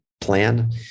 plan